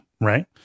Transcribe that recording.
right